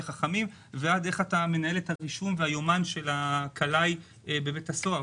חכמים ועד איך אתה מנהל את הרישום והיומן של הכלאי בבית הסוהר.